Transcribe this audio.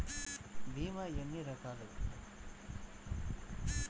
భీమ ఎన్ని రకాలు?